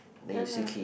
ya lah